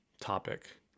topic